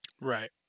Right